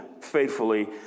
faithfully